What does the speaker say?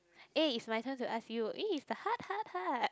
eh it's my turn to ask you eh it's the heart heart heart